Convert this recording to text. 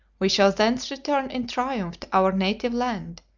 we shall thence return in triumph to our native land,